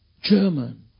German